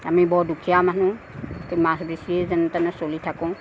আমি বৰ দুখীয়া মানুহ এই মাছ বেচিয়েই যেনেতেনে চলি থাকোঁ